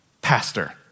Pastor